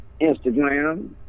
Instagram